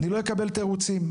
אני לא אקבל תירוצים,